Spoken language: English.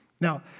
Now